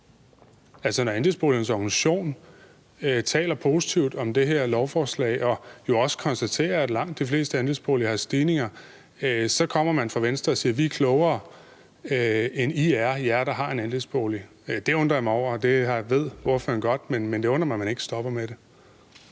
når andelsboligernes organisation taler positivt om det her lovforslag og jo også konstaterer, at langt de fleste andelsboliger har stigninger, så kommer man fra Venstre og siger: Vi er klogere, end I er, jer, der har en andelsbolig. Det undrer jeg mig over, og det ved ordføreren godt. Men det undrer mig, at man ikke stopper med det.